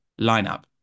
lineup